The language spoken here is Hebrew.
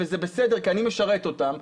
וזה בסדר כי אני משרת אותם,